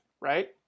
right